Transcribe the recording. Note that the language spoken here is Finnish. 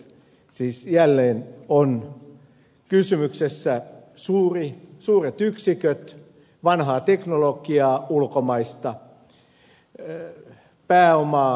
siis jälleen ovat kysymyksessä suuret yksiköt vanha teknologia ulkomainen pääoma ulkomainen osaaminen ei työllistävä